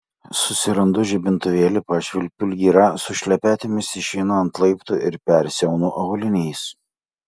susirandu žibintuvėlį pašvilpiu lyrą su šlepetėmis išeinu ant laiptų ir persiaunu auliniais